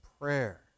prayer